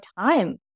time